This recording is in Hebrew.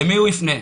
למי הוא יפנה?